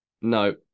No